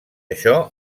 això